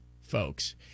folks